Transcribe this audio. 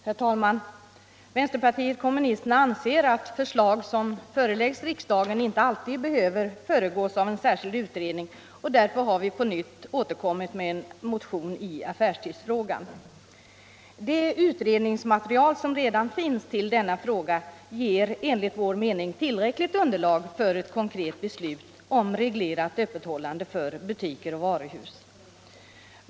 Herr talman! Vänsterpartiet kommunisterna anser att förslag som föreläggs riksdagen inte alltid behöver föregås av en särskild utredning, och därför har vi på nytt återkommit med en motion i affärstidsfrågan. Det utredningsmaterial som redan finns i denna fråga ger enligt vår mening tillräckligt underlag för ett konkret beslut om reglerat öppethållande för butiker och varuhus.